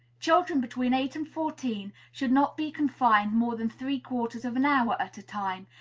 children between eight and fourteen should not be confined more than three-quarters of an hour at a time,